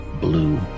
blue